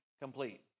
complete